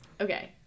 okay